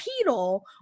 pedal